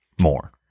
more